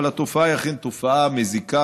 אבל התופעה היא אכן תופעה מזיקה,